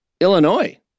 Illinois